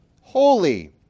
holy